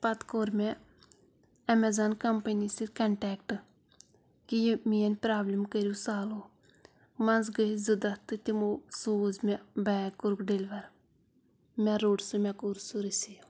پَتہٕ کوٚر مےٚ ایمازان کَمپٔنی سۭتۍ کَنٹیکٹہٕ کہِ یہِ میٛٲنۍ پرٛابلِم کٔرِو سالوٗ منٛزٕ گٔے زٕ دۄہ تہٕ تِمو سوٗز مےٚ بیگ کوٚرُکھ ڈیٚلوَر مےٚ روٚٹ سُہ مےٚ کوٚر سُہ رٔسیٖو